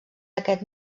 aquest